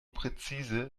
präzise